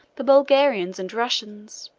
the bulgarians and russians